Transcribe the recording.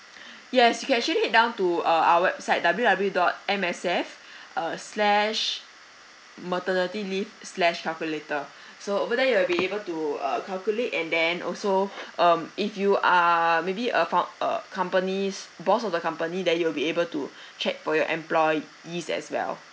yes you can actually down to uh our website W W W dot M S F uh slash maternity leave slash calculator so over there you will be able to uh calculate and then also um if you are maybe a found a company's boss of the company there you'll be able to check for your employees as well